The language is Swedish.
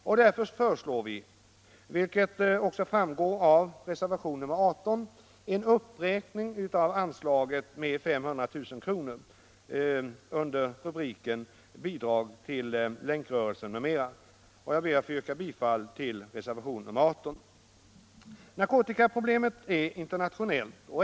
Vi föreslår därför, vilket framgår av reservationen 18, en uppräkning av anslaget med 50 000 kr. under rubriken Bidrag till Länkrörelsen m.m. Jag ber att få yrka bifall till reservationen 18. Narkotikaproblemet är internationellt.